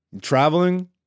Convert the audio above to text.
traveling